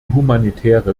humanitäre